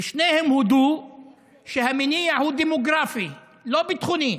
ושניהם הודו שהמניע הוא דמוגרפי, לא ביטחוני.